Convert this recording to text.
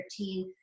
2013